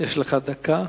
יש לך דקה.